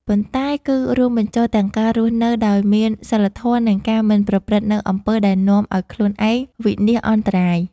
ប៉ុន្តែគឺរួមបញ្ចូលទាំងការរស់នៅដោយមានសីលធម៌ និងការមិនប្រព្រឹត្តនូវអំពើដែលនាំឱ្យខ្លួនឯងវិនាសអន្តរាយ។